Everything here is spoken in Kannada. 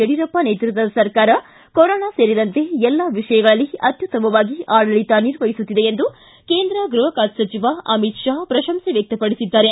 ಯಡಿಯೂರಪ್ಪ ನೇತೃತ್ವದ ಸರಕಾರ ಕೊರೋನಾ ಸೇರಿದಂತೆ ಎಲ್ಲ ವಿಷಯಗಳಲ್ಲಿ ಅತ್ಯುತ್ತಮವಾಗಿ ಆಡಳಿತ ನಿರ್ವಹಿಸುತ್ತಿದೆ ಎಂದು ಕೇಂದ್ರ ಗೃಹ ಖಾತೆ ಸಚಿವ ಅಮಿತ್ ಶಾ ಪ್ರಶಂಸಿಸಿದ್ದಾರೆ